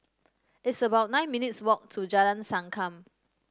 it's about nine minutes' walk to Jalan Sankam